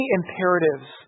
imperatives